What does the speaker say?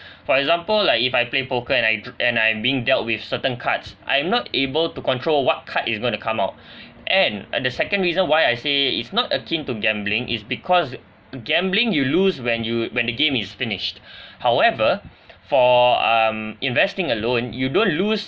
for example like if I play poker and I and I being dealt with certain cards I'm not able to control what card is going to come out and the second reason why I say it's not akin to gambling is because gambling you lose when you when the game is finished however for um investing alone you don't lose